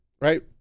right